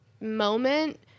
moment